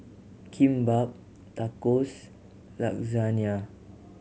Kimbap Tacos Lasagna